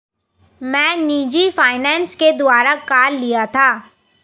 मैं निजी फ़ाइनेंस के द्वारा कार लिया था